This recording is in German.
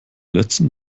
letzten